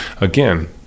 Again